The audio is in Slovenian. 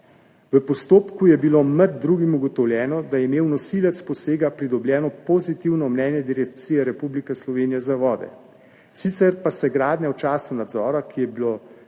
V postopku je bilo med drugim ugotovljeno, da je imel nosilec posega pridobljeno pozitivno mnenje Direkcije Republike Slovenije za vode, sicer pa se gradnja v času nadzora, ki je bil